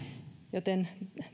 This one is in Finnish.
joten